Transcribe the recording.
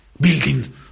building